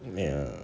ya